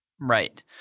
Right